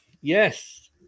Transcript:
Yes